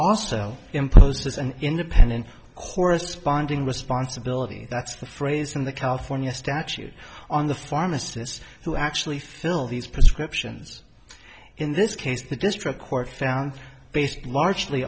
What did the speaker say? also imposes an independent corresponding responsibility that's the phrase in the california statute on the pharmacists who actually fill these prescriptions in this case the district court found based largely